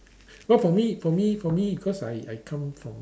but for me for me for me cause I I come from